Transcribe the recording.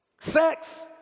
Sex